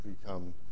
become